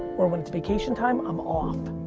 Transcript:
or when it's vacation time, i'm off.